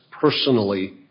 personally